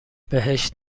بهش